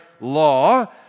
Law